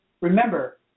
Remember